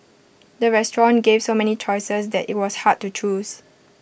the restaurant gave so many choices that IT was hard to choose